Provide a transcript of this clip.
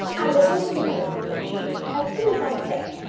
i will go to meryton, said she, as soon as i am dressed,